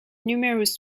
numerous